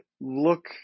look